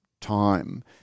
time